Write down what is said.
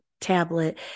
tablet